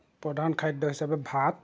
প্ৰধান খাদ্য হিচাপে ভাত